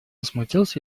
смутился